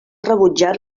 rebutjat